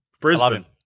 Brisbane